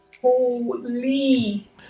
holy